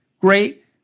great